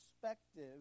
perspective